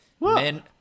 Men